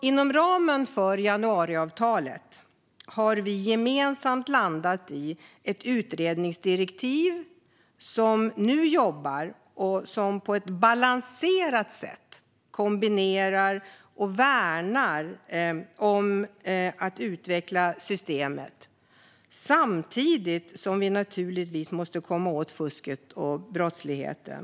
Inom ramen för januariavtalet har vi gemensamt landat i ett utredningsdirektiv som på ett balanserat sätt kombinerar och värnar om att utveckla systemet, samtidigt som vi naturligtvis måste komma åt fusket och brottsligheten.